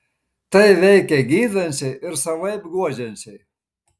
tai veikia gydančiai ir savaip guodžiančiai